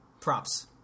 Props